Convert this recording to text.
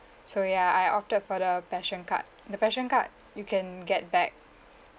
so ya I opted for the passion card the passion card you can get back